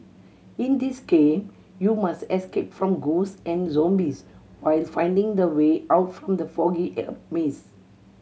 in this game you must escape from ghost and zombies while finding the way out from the foggy maze